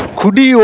kudi